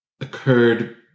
occurred